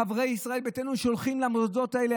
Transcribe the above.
חברי ישראל ביתנו שולחים למוסדות האלה.